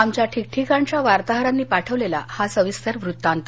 आमच्या ठिकठीकाणच्या वार्ताहारांनी पाठवलेला हा वृत्तांत